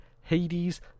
hades